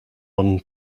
one